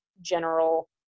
general